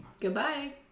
Goodbye